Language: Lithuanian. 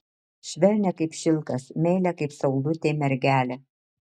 švelnią kaip šilkas meilią kaip saulutė mergelę